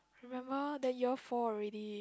remember then year four already